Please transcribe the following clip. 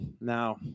now